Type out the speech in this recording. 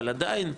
אבל עדיין,